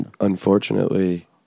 Unfortunately